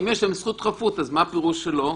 אם יש להם זכות חפות אז מה פירוש שלא?